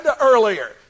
earlier